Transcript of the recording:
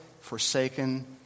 forsaken